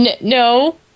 No